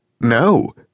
No